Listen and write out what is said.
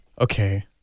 okay